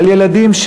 על ילדים,